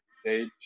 stage